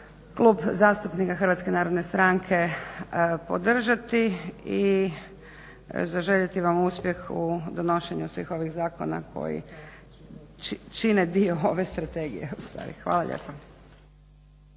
Klub zastupnika HNS-a podržati i zaželjeti vam uspjeh u donošenju svih ovih zakona koji čine dio ove strategije ustvari. Hvala lijepa.